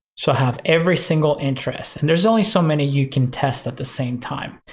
so i have every single interest and there's only so many you can test at the same time.